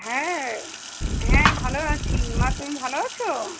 হ্যাঁ হ্যাঁ ভালো আছি মা তুমি ভালো আছো